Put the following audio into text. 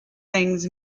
things